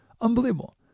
Unbelievable